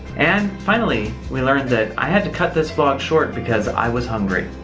and finally, we learned that i had to cut this vlog short because i was hungry.